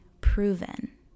proven